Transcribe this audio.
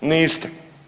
Niste.